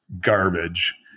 garbage